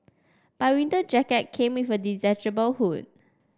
by winter jacket came with a detachable hood